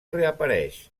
reapareix